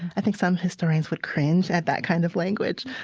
i think some historians would cringe at that kind of language.